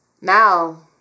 Now